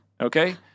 Okay